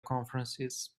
conferences